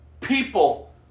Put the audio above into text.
People